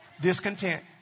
discontent